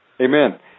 Amen